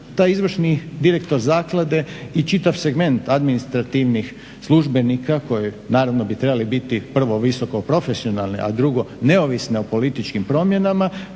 izvršni direktor zaklade i čitav segment administrativnih službenika koji naravno bi trebali biti prvo visoko profesionalni, a drugo neovisni o političkim promjenama,